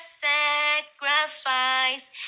sacrifice